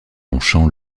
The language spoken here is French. longchamp